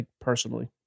personally